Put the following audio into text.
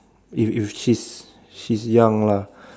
if if she is she is young lah